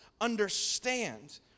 understand